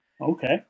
Okay